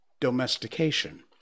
domestication